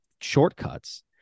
shortcuts